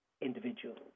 individuals